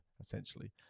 essentially